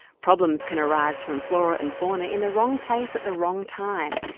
problems can arise from flora and fauna in the wrong place at the wrong time.